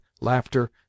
laughter